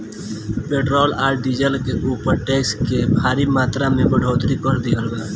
petrol आ diesel के ऊपर टैक्स के भारी मात्रा में बढ़ोतरी कर दीहल बा